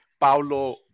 Paulo